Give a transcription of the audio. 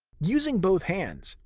using both hands,